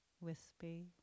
wispy